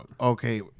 Okay